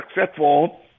successful